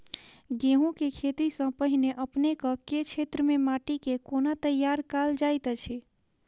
गेंहूँ केँ खेती सँ पहिने अपनेक केँ क्षेत्र मे माटि केँ कोना तैयार काल जाइत अछि?